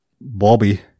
Bobby